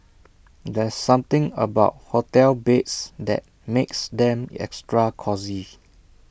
there's something about hotel beds that makes them extra cosy